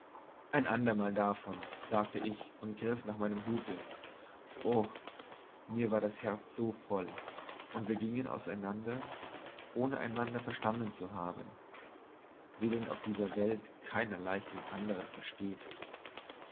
vielmehr ein andermal davon sagte ich und griff nach meinem hute o mir war das herz so voll und wir gingen auseinander ohne einander verstanden zu haben wie denn auf dieser welt keiner leicht den andern versteht